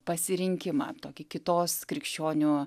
pasirinkimą tokį kitos krikščionių